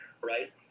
right